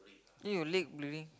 eh your leg bleeding